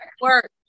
work